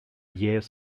jähes